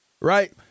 right